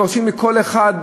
דורשים מכל אחד,